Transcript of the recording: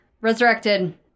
resurrected